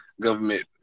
government